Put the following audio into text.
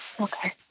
Okay